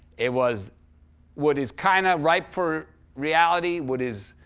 it was what is kind of ripe for reality what is